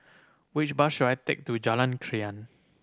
which bus should I take to Jalan Krian